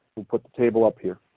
we'll put the table up here.